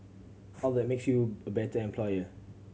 all that makes you a better employer